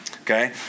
okay